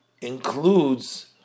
includes